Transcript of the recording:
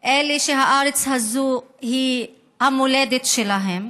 אלה שהארץ הזאת היא המולדת שלהם,